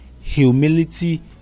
Humility